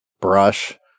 brush